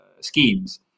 schemes